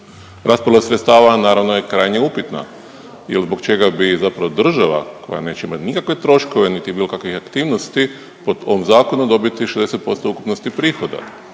Raspodjela sredstava naravno je krajnje upitna. Jer zbog čega bi zapravo država koja neće imati nikakve troškove niti bilo kakvih aktivnosti po ovom zakonu dobiti 60% ukupnosti prihoda.